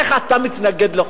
איך אתה מתנגד לחוק?